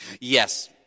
Yes